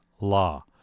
law